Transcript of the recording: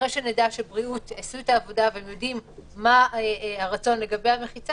אחרי שנדע שבריאות עשו את העבודה והם יודעים מה הרצון לגבי המחיצה,